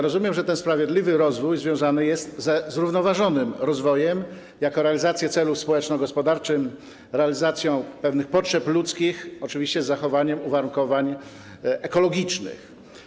Rozumiem, że ten sprawiedliwy rozwój związany jest ze zrównoważonym rozwojem jako realizacją celu społeczno-gospodarczego, realizacją pewnych potrzeb ludzkich, oczywiście z zachowaniem uwarunkowań ekologicznych.